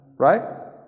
right